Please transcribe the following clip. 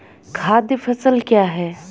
खाद्य फसल क्या है?